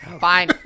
Fine